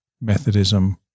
Methodism